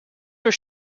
your